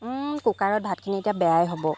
কুকাৰত ভাতখিনি এতিয়া বেয়াই হ'ব